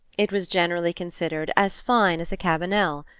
it was generally considered as fine as a cabanel,